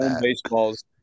baseballs